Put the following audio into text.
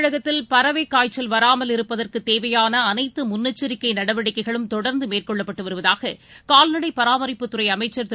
தமிழகத்தில் பறவைக் காய்ச்சல் வராமல் இருப்பதற்குதேவையானஅனைத்துமுன்னெச்சரிக்கைநடவடிக்கைகளும் தொடர்ந்துமேற்கொள்ளப்பட்டுவருவதாககால்நடைபராமரிப்புத்துறைஅமைச்சர் திரு